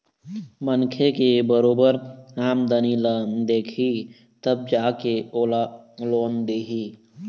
मनखे के बरोबर आमदनी ल देखही तब जा के ओला लोन दिही